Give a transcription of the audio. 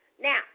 Now